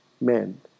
men